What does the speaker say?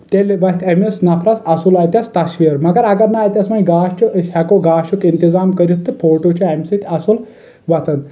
تیٚلہِ وتھہِ أمِس نفرس اصٕل اتٖیٚتھ تصویر مگر اگر نہٕ اتیٚس وۄنۍ گاش چھُ أسۍ ہیٚکو گاشُک انتظام کٔرِتھ تہٕ فوٹو چھِ امہِ سۭتۍ اصٕل وتھان